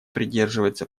придерживается